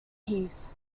heath